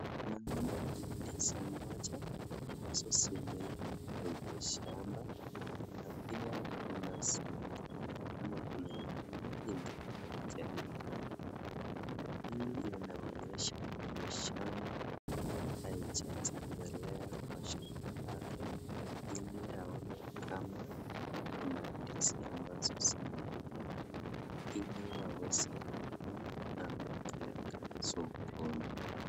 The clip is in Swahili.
Naona ndizi moja ambazo zimeiva kwenye shamba. Na pia kuna zingine ama kuna ingine yenye haijaiva, hii inaonyesha mwenye shamba hajatembelea kwa shamba lake ili aone kama kuna ndizi ambazo zimeiva ili waweze kuona na kupeleka sokoni.